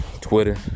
Twitter